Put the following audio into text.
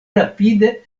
rapide